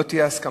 לא תהיה הסכמה,